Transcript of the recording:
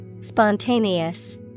Spontaneous